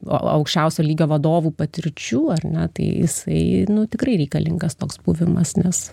aukščiausio lygio vadovų patirčių ar ne tai jisai nu tikrai reikalingas toks buvimas nes